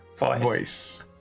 voice